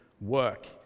work